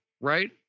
right